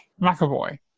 McAvoy